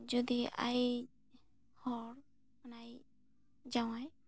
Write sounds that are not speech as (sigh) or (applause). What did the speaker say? ᱡᱚᱫᱤ ᱟᱭᱤᱡ ᱦᱚᱲ (unintelligible) ᱡᱟᱶᱟᱭ